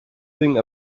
thing